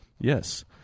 Yes